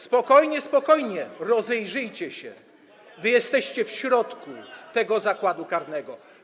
Spokojnie, spokojnie, rozejrzyjcie się, wy jesteście w środku tego zakładu karnego.